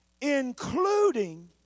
including